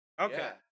okay